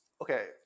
Okay